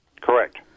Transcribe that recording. Correct